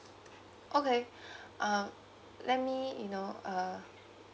okay um let me you know uh